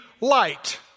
light